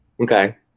Okay